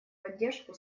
поддержку